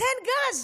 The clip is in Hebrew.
תן גז.